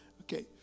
Okay